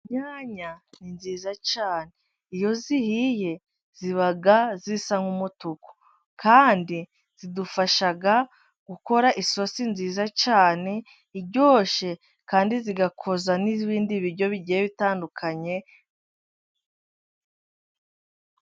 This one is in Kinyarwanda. Inyanya ni nziza cyane ,iyo zihiye zibaga zisa nk'umutuku, kandi zidufashaga gukora isosi nziza cyane iryoshe, kandi zigakoza n'ibindi biryo bigiye bitandukanye.